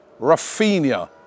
Rafinha